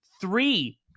Three